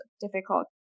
difficult